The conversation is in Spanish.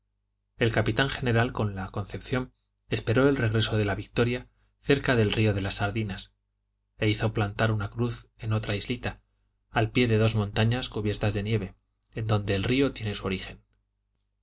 el capitán general con la concepción esperó el regreso de la victoria cerca del río de la sardinas e hizo plantar una cruz en otra islita al pie de dos montañas cubiertas de nieve en donde el río tiene su origen